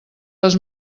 les